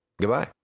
Goodbye